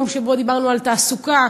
יום שבו דיברנו על תעסוקה,